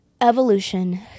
Evolution